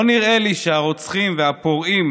לא נראה לי שהרוצחים והפורעים